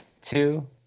two